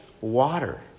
water